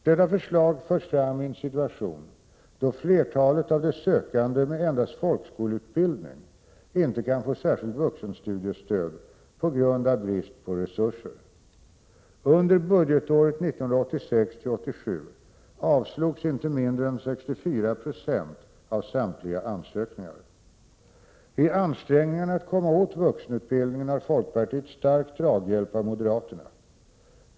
Detta förslag förs fram i en situation då flertalet av de sökande med endast folkskoleutbildning inte kan få särskilt vuxenstudiestöd på grund av brist på resurser. Under budgetåret 1986/87 avslogs inte mindre än 64 Jo av samtliga ansökningar. I ansträngningarna att komma åt vuxenutbildningen har folkpartiet stark draghjälp av moderaterna.